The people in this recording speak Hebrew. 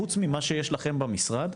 חוץ ממה שיש לכם במשרד,